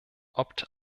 opt